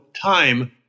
time